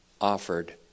offered